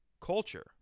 culture